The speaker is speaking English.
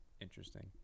interesting